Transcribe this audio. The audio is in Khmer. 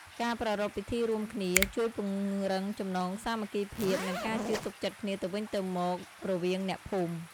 ការប្រារព្ធពិធីរួមគ្នា ជួយពង្រឹងចំណងសាមគ្គីភាព និងការជឿទុកចិត្តគ្នាទៅវិញទៅមករវាងអ្នកភូមិ។